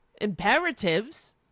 imperatives